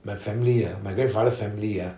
my family ah my grandfather family ah